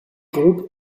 groupes